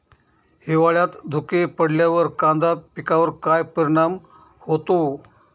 हिवाळ्यात धुके पडल्यावर कांदा पिकावर काय परिणाम होतो?